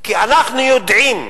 כי אנחנו יודעים,